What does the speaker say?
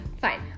fine